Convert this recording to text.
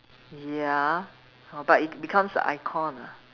ya but it becomes a icon ah